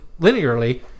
linearly